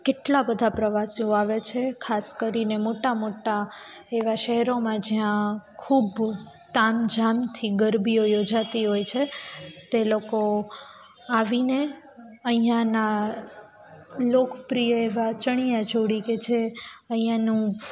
કેટલા બધા પ્રવાસીઓ આવે છે ખાસ કરીને મોટા મોટા એવાં શહેરોમાં જ્યાં ખૂબ તામ ઝામથી ગરબીઓ યોજાતી હોય છે તે લોકો આવીને અહીંયાનાં લોકપ્રિય એવાં ચણિયાચોળી કે જે અહીંયાનું